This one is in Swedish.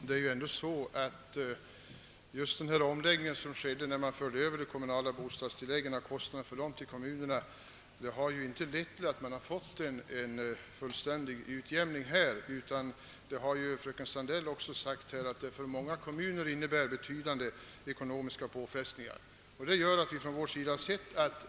Herr talman! Den omläggning som skedde när man på kommunerna överförde kostnaderna för de kommunala bostadstilläggen har inte lett till en fullständig utjämning. Såsom fröken Sandell också sade innebär denna överföring betydande ekonomiska påfrestningar för många kommuner.